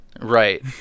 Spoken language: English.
right